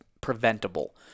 preventable